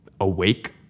awake